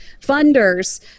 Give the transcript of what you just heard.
funders